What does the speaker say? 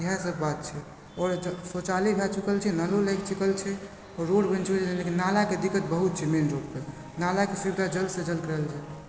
इएह सब बात छै आओर शौचालयो भए चुकल छै नलो लागि चुकल छै रोड बनि चुकल छै लेकिन नालाके दिक्कत बहुत छै मेन रोडपर नालाके सुविधा जल्द सँ जल्द करल जाइ